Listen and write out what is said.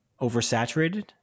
Oversaturated